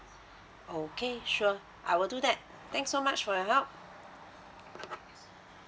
okay sure I will do that thanks so much for your help